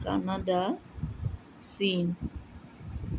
Canada চীন